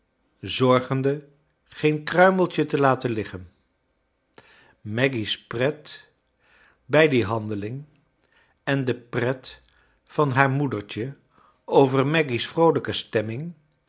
zorgende geen kruimeltje te laten liggen maggy's pret brj die handeling en de pret van haar moedertje over maggy's vroolijke stemming